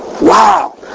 Wow